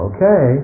Okay